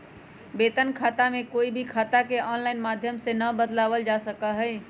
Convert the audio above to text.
वेतन खाता में कोई भी खाता के आनलाइन माधम से ना बदलावल जा सका हई